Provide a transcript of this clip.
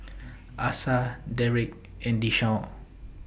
Asa Derrek and Deshaun